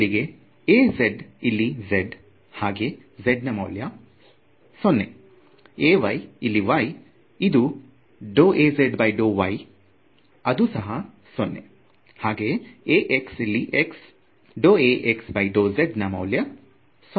ಮೊದಲಿಗೆ A z ಇಲ್ಲಿ z ಹಾಗೆ z ನ ಮೌಲ್ಯ 0 Ay ಇಲ್ಲಿ y ಇದು ∂Az ∂y ಅದು ಸಹ 0 ಹಾಗೆಯೇ Ax ಇಲ್ಲಿ x ∂Ax∂z ನ ಮೌಲ್ಯ 0